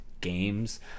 games